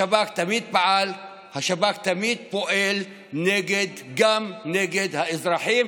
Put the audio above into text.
השב"כ תמיד פעל והשב"כ תמיד פועל גם נגד האזרחים,